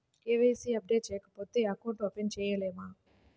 KYC updation చేయకపోతే account open చేయలేమా?